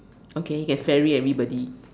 okay can ferry everybody